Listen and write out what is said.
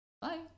Bye